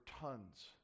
tons